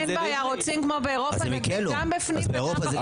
אם רוצים כמו באירופה גם בפנים וגם בחוץ.